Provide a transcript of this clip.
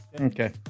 Okay